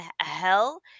hell